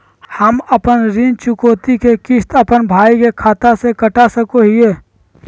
हम अपन ऋण चुकौती के किस्त, अपन भाई के खाता से कटा सकई हियई?